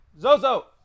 Zozo